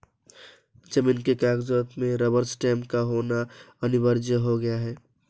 जमीन के कागजात में रबर स्टैंप का होना अनिवार्य हो गया है